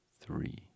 Three